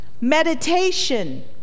meditation